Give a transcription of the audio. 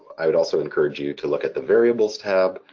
i would also encourage you to look at the variables tab.